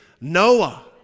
Noah